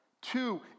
Two